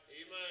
Amen